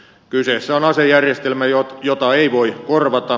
kyseessä on asejärjestelmä jota ei voi korvata